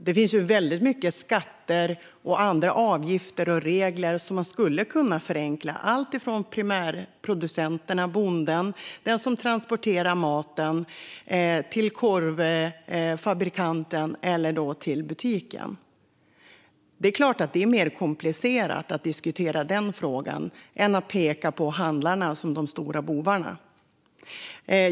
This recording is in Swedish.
Det finns väldigt många skatter, avgifter och regler som man skulle kunna förenkla för primärproducenten, det vill säga bonden, för den som transporterar maten, för korvfabrikanten och för butiken. Men det är klart att det är mer komplicerat att diskutera den frågan än att peka på handlarna som de stora bovarna.